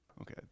Okay